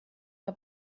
que